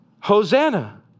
Hosanna